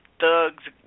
Thugs